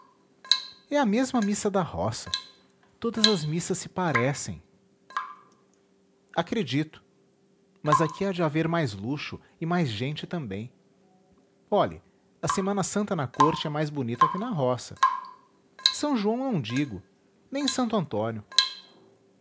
é a mesma missa da roça todas as missas se parecem acredito mas aqui há de haver mais luxo e mais gente também olhe a semana santa na corte é mais bonita que na roça s joão não digo nem santo antônio